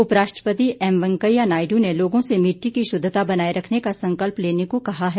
उपराष्ट्रपति एम वैंकेया नायडू ने लोगों से मिट्टी की शुद्धता बनाये रखने का संकल्प लेने को कहा है